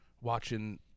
watching